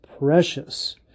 precious